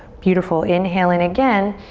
beautiful, inhale in again.